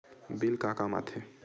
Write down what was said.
Bill का काम आ थे?